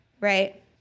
right